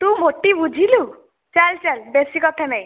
ତୁ ମୋଟୀ ବୁଝିଲୁ ଚାଲ ଚାଲ ବେଶୀ କଥା ନାହିଁ